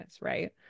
right